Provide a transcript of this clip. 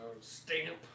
stamp